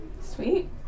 sweet